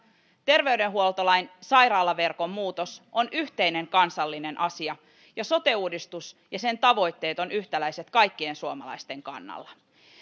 terveydenhuoltolain sairaalaverkon muutos on yhteinen kansallinen asia ja sote uudistus ja sen tavoitteet ovat yhtäläiset kaikkien suomalaisten kannalta